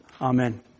Amen